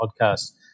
podcast